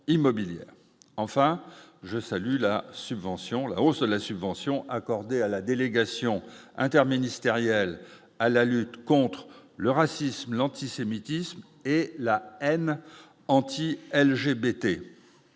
la subvention la hausse de la subvention accordée à la délégation interministérielle à la lutte contre le racisme, l'antisémitisme et la haine anti-LGBT